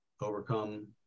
overcome